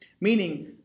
meaning